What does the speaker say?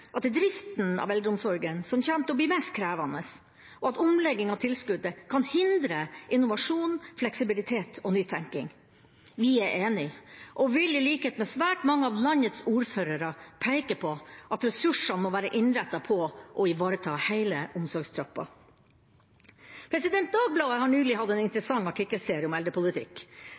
at det er driften av eldreomsorgen som kommer til å bli mest krevende, og at omleggingen av tilskuddet kan hindre innovasjon, fleksibilitet og nytenking. Vi er enige og vil i likhet med svært mange av landets ordførere peke på at ressursene må være innrettet på å ivareta heile «omsorgstrappa». Dagbladet har nylig hatt en interessant artikkelserie om eldrepolitikk,